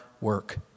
work